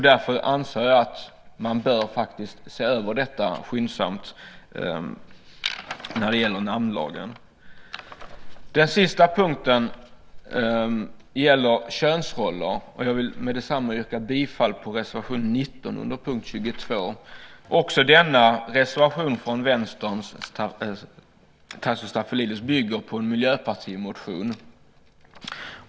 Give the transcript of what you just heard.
Därför anser jag att man bör se över detta skyndsamt när det gäller namnlagen. Den sista punkten gäller könsroller. Jag vill yrka bifall till reservation 19 under punkt 22. Också denna reservation från Vänsterns Tasso Stafilidis bygger på en miljöpartimotion.